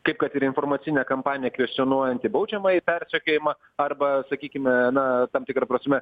kaip kad ir informacinė kampanija kvestionuojanti baudžiamąjį persekiojimą arba sakykime na tam tikra prasme